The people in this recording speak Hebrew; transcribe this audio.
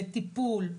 בטיפול,